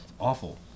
Awful